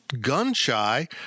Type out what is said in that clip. gun-shy